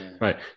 Right